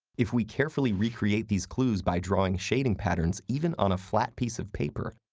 if we carefully recreate these clues by drawing shading patterns, even on a flat piece of paper,